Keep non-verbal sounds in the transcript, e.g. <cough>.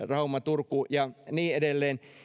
<unintelligible> rauma turku ja niin edelleen